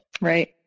Right